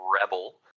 rebel